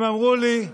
הם אמרו לי: